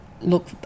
look